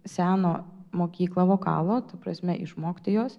seno mokyklą vokalo ta prasme išmokti jos